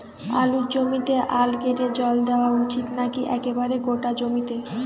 আলুর জমিতে আল কেটে জল দেওয়া উচিৎ নাকি একেবারে গোটা জমিতে?